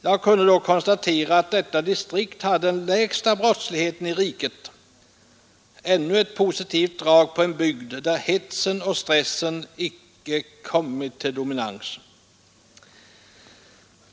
Jag kunde då konstatera att detta distrikt hade den lägsta brottsligheten i riket — ännu ett positivt drag hos en bygd där hetsen och stressen icke kommit till dominans.